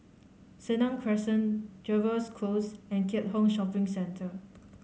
Senang Crescent Jervois Close and Keat Hong Shopping Centre